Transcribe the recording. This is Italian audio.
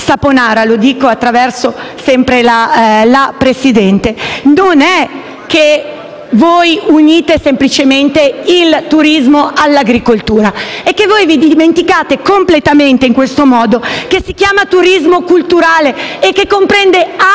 lo dico sempre attraverso il Presidente - non è che voi unite semplicemente il turismo all'agricoltura, ma che vi dimenticate completamente in questo modo che si chiama turismo culturale e che comprende anche